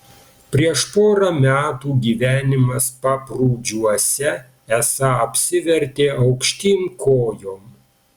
prieš porą metų gyvenimas paprūdžiuose esą apsivertė aukštyn kojom